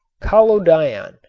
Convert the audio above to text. collodion,